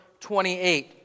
28